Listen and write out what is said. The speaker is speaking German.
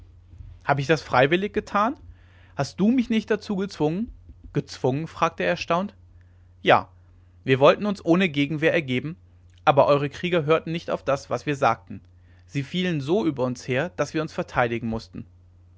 habe ich das freiwillig getan hast du mich nicht dazu gezwungen gezwungen fragte er erstaunt ja wir wollten uns ohne gegenwehr ergeben aber eure krieger hörten nicht auf das was wir sagten sie fielen so über uns her daß wir uns verteidigen mußten